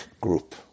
group